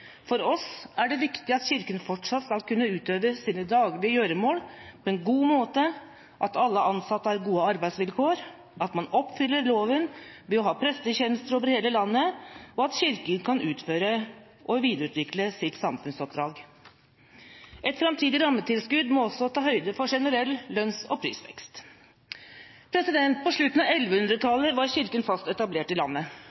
For oss er det viktig at Kirken fortsatt skal kunne utøve sine daglige gjøremål på en god måte, at alle ansatte har gode arbeidsvilkår, at man oppfyller loven ved å ha prestetjenester over hele landet, og at Kirken kan utføre og videreutvikle sitt samfunnsoppdrag. Et framtidig rammetilskudd må også ta høyde for generell lønns- og prisvekst. På slutten av